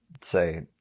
say